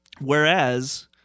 Whereas